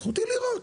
זכותי לראות.